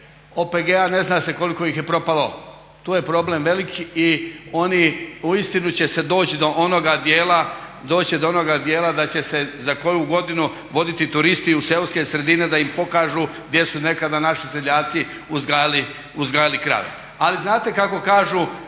OPG ne zna se koliko ih je propalo tu je problem veliki i oni uistinu će se doći do onoga dijela da će se za koju godinu voditi turisti u seoske sredine da im pokažu gdje su nekada naši seljaci uzgajali krave. Ali znate kako kažu,